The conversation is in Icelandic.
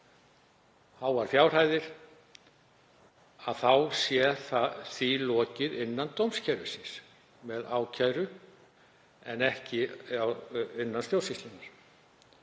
háar fjárhæðir, þá sé því lokið innan dómskerfisins með ákæru en ekki innan stjórnsýslunnar.